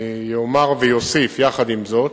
אני אומר ואוסיף עם זאת,